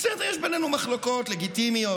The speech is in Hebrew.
בסדר, יש בינינו מחלוקות לגיטימיות,